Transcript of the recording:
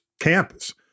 campus